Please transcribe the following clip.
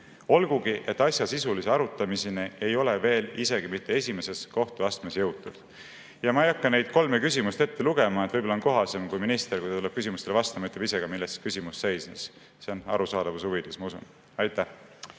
Olgugi et asja sisulise arutamiseni ei ole veel isegi mitte esimeses kohtuastmes jõutud. Ma ei hakka neid kolme küsimust ette lugema, võib-olla on kohasem kui minister, kui ta tuleb küsimustele vastama, ütleb ise ka, milles küsimus seisnes. See on arusaadavuse huvides, ma usun. Aitäh!